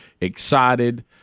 excited